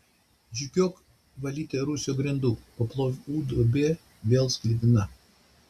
žygiuok valyti rūsio grindų paplavų duobė vėl sklidina